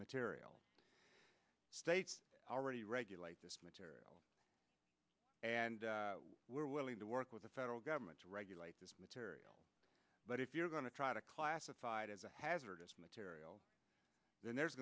material states already regulate this material and we're willing to work with the federal government to regulate this material but if you're going to try to classify it as a hazardous material then there's